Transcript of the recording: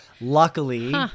luckily